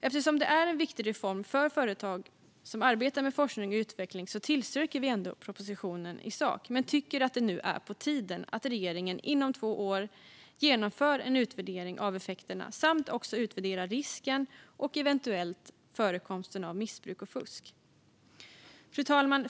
Eftersom detta är en viktig reform för företag som arbetar med forskning och utveckling tillstyrker vi propositionen i sak, men vi tycker att det nu är på tiden att regeringen inom två år genomför en utvärdering av effekterna samt utvärderar risken för och eventuell förekomst av missbruk och fusk. Fru talman!